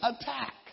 attack